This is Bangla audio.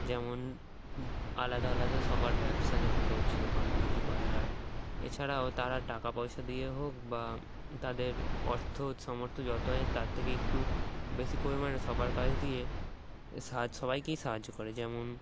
যেমন আলাদা আলাদা সবার ব্যবসা যেমন দর্জি দোকান বিউটি পার্লার এছাড়াও তারা টাকা পয়সা দিয়ে হোক বা তাদের অর্থ সামর্থ্য যত এ তার থেকেই একটু বেশি পরিমাণে সবার কাছ দিয়ে সাহায সবাইকেই সাহায্য করে যেমন